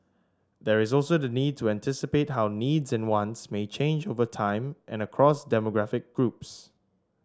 there is also the need to anticipate how needs and wants may change over time and across demographic groups